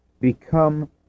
become